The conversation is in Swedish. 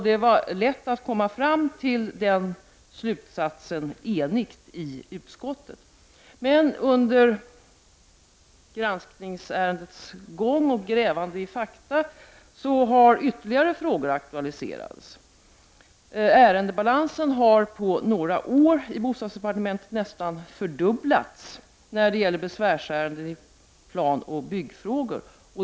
Det var lätt att i enighet komma fram till den slutsatsen i utskottet. Under granskningsärendets gång och grävandet i fakta har ytterligare frågor aktualiserats. Ärendebalansen i bostadsdepartementet har på några år nästan fördubblats när det gäller besvärsärenden i planoch byggfrågor.